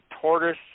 tortoise